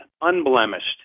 unblemished